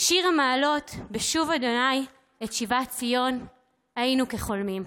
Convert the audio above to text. "שיר המעלות בשוב ה' את שיבת ציון היינו כחלמים.